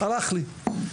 הלך לי.